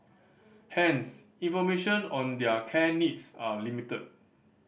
hence information on their care needs are limited